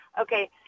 Okay